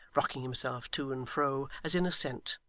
rocking himself to and fro as in assent,